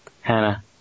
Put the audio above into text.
Hannah